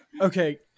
Okay